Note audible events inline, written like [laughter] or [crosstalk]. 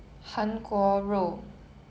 okay [laughs]